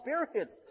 experience